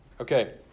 Okay